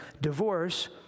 divorce